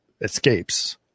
escapes